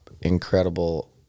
incredible